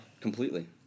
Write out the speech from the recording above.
Completely